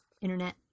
internet